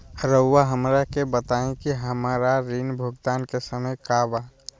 रहुआ हमरा के बताइं कि हमरा ऋण भुगतान के समय का बा?